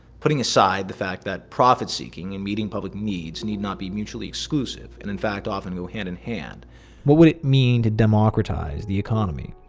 putting aside the fact that profit seeking and meeting public needs need not be mutually exclusive and in fact often go hand-in-hand. but what would it mean to democratize the economy?